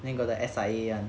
then got the S_I_A [one]